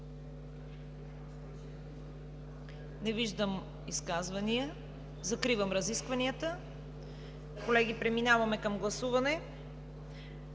Не виждам изказвания. Закривам разискванията. Колеги, преминаваме към първо гласуване